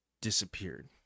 disappeared